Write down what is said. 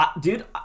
Dude